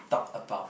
talk about